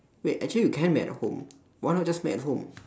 wait actually you can make at the home why not just make at the home